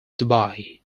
dubai